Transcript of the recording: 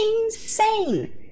insane